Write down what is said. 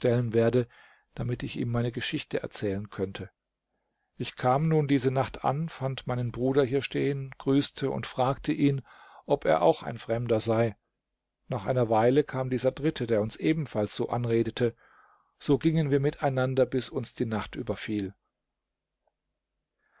werde damit ich ihm meine geschichte erzählen könnte ich kam nun diese nacht an fand meinen bruder hier stehen grüßte und fragte ihn ob er auch ein fremder sei nach einer weile kam dieser dritte der uns ebenfalls so anredete so gingen wir miteinander bis uns die nacht überfiel